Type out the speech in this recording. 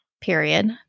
period